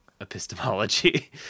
epistemology